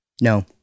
No